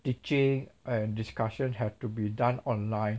teaching and discussion have to be done online